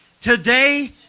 today